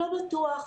לא בטוח.